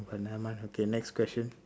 but never mind okay next question